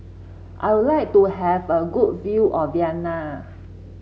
I would like to have a good view of Vienna